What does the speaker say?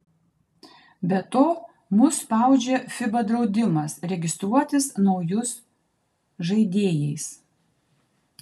be to mus spaudžia fiba draudimas registruotis naujus žaidėjais